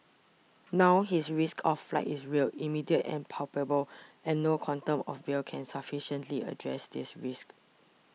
now his risk of flight is real immediate and palpable and no quantum of bail can sufficiently address this risk